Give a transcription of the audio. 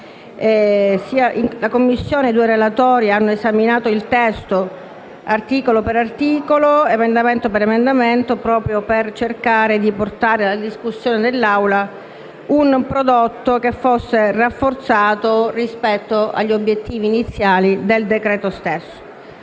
La Commissioni e i due relatori hanno esaminato il testo articolo per articolo, emendamento per emendamento, proprio per cercare di portare alla discussione dell'Assemblea un testo rafforzato rispetto agli obiettivi iniziali del decreto-legge.